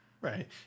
Right